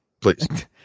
please